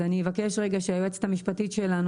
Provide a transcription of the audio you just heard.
אז אני אבקש שהיועצת המשפטית שלנו,